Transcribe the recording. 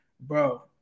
bro